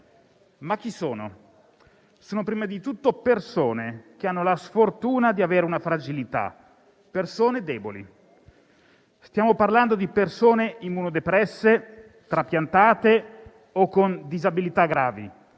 fragili? Sono, prima di tutto, persone che hanno la sfortuna di avere una fragilità, sono persone deboli. Stiamo parlando di persone immunodepresse, trapiantate o con disabilità gravi